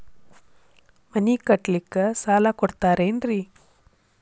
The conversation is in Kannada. ಮನಿ ಕಟ್ಲಿಕ್ಕ ಸಾಲ ಕೊಡ್ತಾರೇನ್ರಿ?